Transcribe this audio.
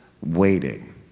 waiting